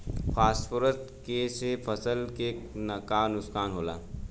Phosphorus के से फसल के का नुकसान होला?